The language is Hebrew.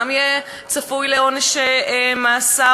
גם יהיה צפוי לעונש מאסר?